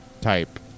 Type